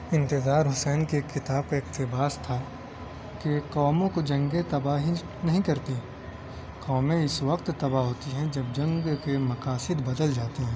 انتظار حسین کی ایک کتاب کا اقتباس تھا کہ قوموں کو جنگیں تباہ ہی نہیں کرتیں قومیں اس وقت تباہ ہوتی ہیں جب جنگ کے مقاصد بدل جاتے ہیں